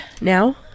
now